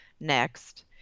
next